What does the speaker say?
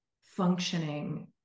functioning